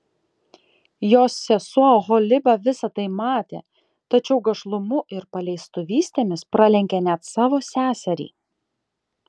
jos sesuo oholiba visa tai matė tačiau gašlumu ir paleistuvystėmis pralenkė net savo seserį